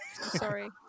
Sorry